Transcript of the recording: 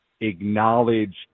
acknowledge